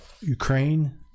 Ukraine